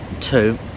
two